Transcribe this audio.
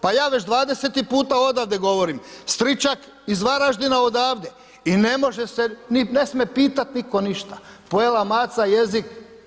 Pa ja već 20 puta odavde govorim, Stričak iz Varaždina odavde i ne može se ni ne smije pitat nitko ništa, pojela maca jezik.